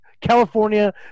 California